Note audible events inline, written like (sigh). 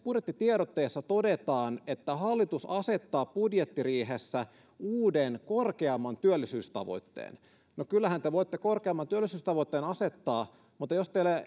budjettitiedotteessa todetaan että hallitus asettaa budjettiriihessä uuden korkeamman työllisyystavoitteen no kyllähän te voitte korkeamman työllisyystavoitteen asettaa mutta jos teillä (unintelligible)